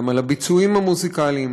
גם על הביצועים המוזיקליים.